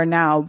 now